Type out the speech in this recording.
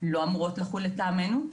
לא אמורות לחול לטעמנו.